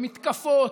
במתקפות.